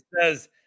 says